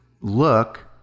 look